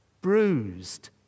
bruised